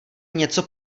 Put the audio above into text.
něco